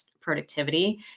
productivity